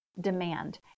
Demand